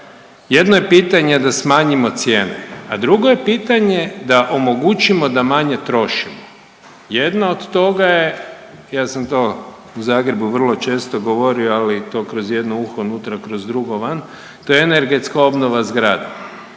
jedno je pitanje da smanjimo cijene, a drugo je pitanje da omogućimo da manje trošimo. Jedna od toga je, ja sam to u Zagrebu vrlo često govorio ali to kroz jedno uho unutra, kroz drugo van. To je energetska obnova zgrade.